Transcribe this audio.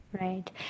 right